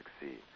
succeed